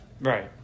Right